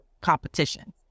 competition